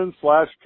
slash